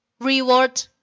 Reward